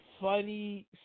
funny